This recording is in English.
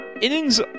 Innings